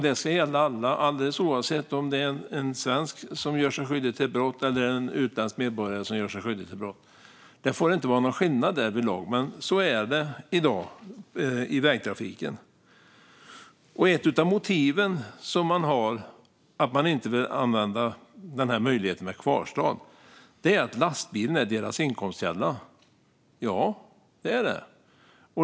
Det ska gälla alla, oavsett om det är en svensk eller utländsk medborgare som gör sig skyldig till brott. Det får inte vara någon skillnad därvidlag. Men det är det i vägtrafiken i dag. Ett av motiven för att inte kunna använda möjligheten med kvarstad är att lastbilen är deras inkomstkälla. Ja, det är den.